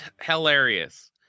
Hilarious